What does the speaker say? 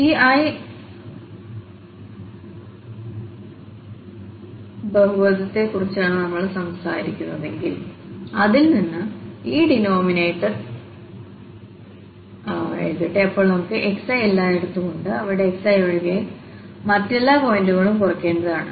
ഈ iആം ബഹുപദത്തെക്കുറിച്ചാണ് നമ്മൾ സംസാരിക്കുന്നതെങ്കിൽ അതിൽ നിന്ന് ഈ ഡിനോമിനേറ്റർ എഴുതട്ടെ അപ്പോൾ നമുക്ക്xi എല്ലായിടത്തും ഉണ്ട് അവിടെ xiഒഴികെ മറ്റെല്ലാ പോയിന്റുകളുംകുറയ്ക്കേണ്ടതാണ്